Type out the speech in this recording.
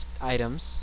items